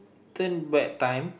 turn back time